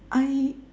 I